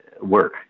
work